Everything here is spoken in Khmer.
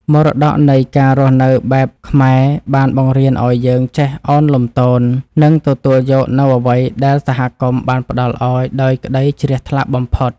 មរតកនៃការរស់នៅបែបខ្មែរបានបង្រៀនឱ្យយើងចេះឱនលំទោន និងទទួលយកនូវអ្វីដែលសហគមន៍បានផ្តល់ឱ្យដោយក្តីជ្រះថ្លាបំផុត។